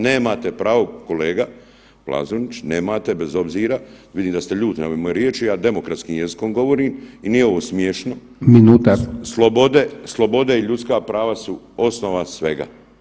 Nemate pravo kolega Plazonić, nemate, bez obzira, vidim da ste ljudi na ove moje riječi, ja demokratskim jezikom govorim i nije ovo smiješno [[Upadica: Minuta.]] Slobode i ljudska prava su osnova svega.